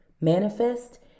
manifest